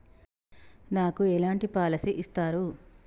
నాకు ఎలాంటి పాలసీ ఇస్తారు?